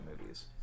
movies